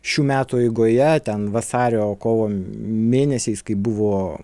šių metų eigoje ten vasario kovo mėnesiais kai buvo